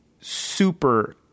super